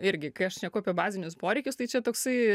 irgi kai aš šneku apie bazinius poreikius tai čia toksai